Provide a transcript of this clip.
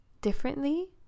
differently